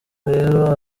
rero